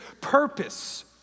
purpose